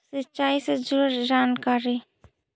सिंचाई से जुड़ल जानकारी?